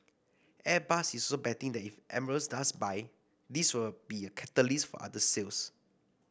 Airbus is betting that if Emirates does buy this will be a catalyst for other sales